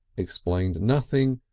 explained nothing,